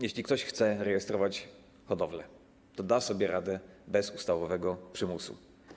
Jeśli ktoś chce rejestrować hodowle, to da sobie radę bez ustawowego przymusu.